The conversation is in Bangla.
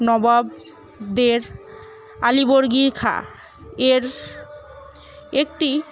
নবাবদের আলিবর্দি খাঁ এর একটি